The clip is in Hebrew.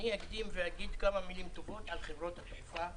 אקדים ואומר כמה מילים טובות על חברות התעופה,